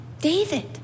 David